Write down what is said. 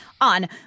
on